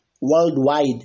worldwide